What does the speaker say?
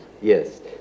yes